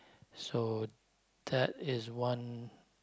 so that is one